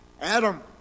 Adam